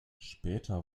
später